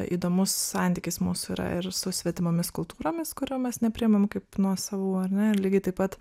įdomus santykis mūsų yra ir su svetimomis kultūromis kurių mes nepriimam kaip nuosavų ar ne ir lygiai taip pat